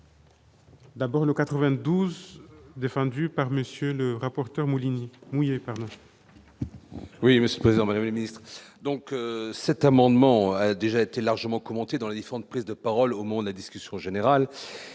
D'abord le 92, défendue par monsieur le rapporteur Moulinier oui. Oui Monsieur président mais Ministre donc cet amendement déjà été largement commentée dans les différentes prises de parole au monde la discussion générale,